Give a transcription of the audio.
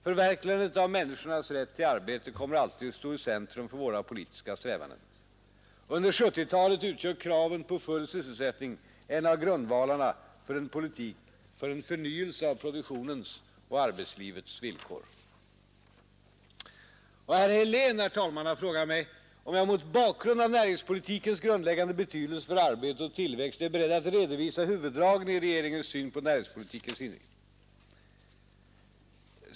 Förverkligandet av människornas rätt till arbete kommer alltid att stå i centrum för våra politiska strävanden. Under 1970-talet utgör kraven på full sysselsättning en av grundvalarna för en politik för förnyelse av produktionens och arbetslivets villkor. Herr Helén har frågat mig om jag — mot bakgrund av näringspolitikens grundläggande betydelse för arbete och tillväxt — är beredd att redovisa huvuddragen i regeringens syn på näringspolitikens inriktning.